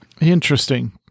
Interesting